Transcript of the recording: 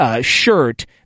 shirt